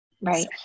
Right